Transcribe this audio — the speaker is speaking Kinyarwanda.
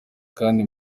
kandi